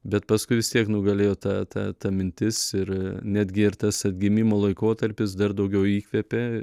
bet paskui vis tiek nugalėjo ta ta ta mintis ir netgi ir tas atgimimo laikotarpis dar daugiau įkvėpė